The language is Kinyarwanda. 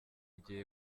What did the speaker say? gihe